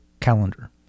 calendar